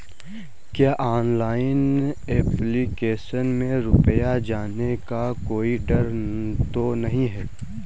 क्या online application में रुपया जाने का कोई डर तो नही है?